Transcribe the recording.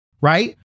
Right